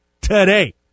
today